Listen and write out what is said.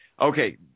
Okay